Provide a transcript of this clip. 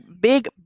big